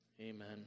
Amen